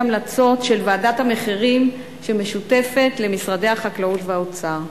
המלצות של ועדת המחירים שמשותפת למשרדי החקלאות והאוצר.